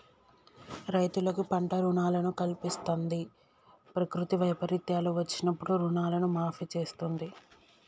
రైతులకు పంట రుణాలను కల్పిస్తంది, ప్రకృతి వైపరీత్యాలు వచ్చినప్పుడు రుణాలను మాఫీ చేస్తుంది